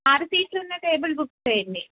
ఆరు సీట్లు ఉన్న టేబుల్ బుక్ చేయండి